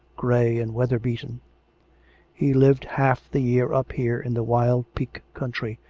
grey and weather-beaten he lived half the year up here in the wild peak country,